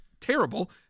terrible